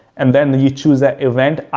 and then you choose that event.